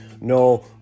No